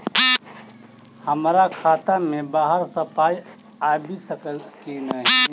हमरा खाता मे बाहर सऽ पाई आबि सकइय की नहि?